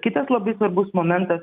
kitas labai svarbus momentas